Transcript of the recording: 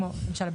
כמו למשל,